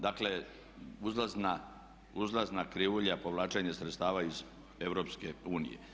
Dakle, uzlazna krivulja povlačenje sredstava iz EU.